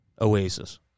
Oasis